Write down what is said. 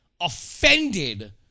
offended